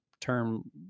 term